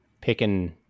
picking